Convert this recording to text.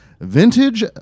vintage